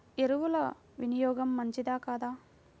ఎరువుల వినియోగం మంచిదా కాదా?